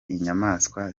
inyamaswa